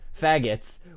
faggots